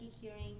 hearing